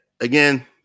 again